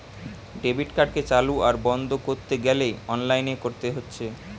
debit কার্ডকে চালু আর বন্ধ কোরতে গ্যালে অনলাইনে কোরতে হচ্ছে